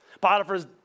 Potiphar's